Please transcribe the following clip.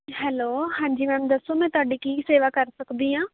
hello ਹਾਂਜੀ ma'am ਦੱਸੋ ਮੈਂ ਤੁਹਾਡੀ ਕੀ ਸੇਵਾ ਕਰ ਸਕਦੀ ਹਾਂ